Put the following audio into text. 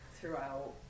throughout